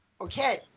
Okay